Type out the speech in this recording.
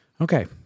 Okay